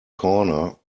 corner